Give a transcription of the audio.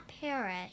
perish